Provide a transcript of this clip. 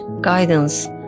guidance